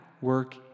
work